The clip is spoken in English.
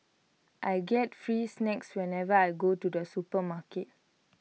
I get free snacks whenever I go to the supermarket